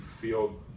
feel